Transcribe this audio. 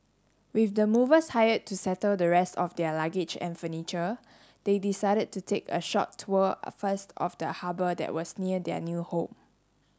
with the movers hired to settle the rest of their luggage and furniture they decided to take a short tour first of the harbour that was near their new home